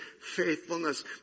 faithfulness